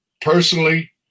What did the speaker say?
personally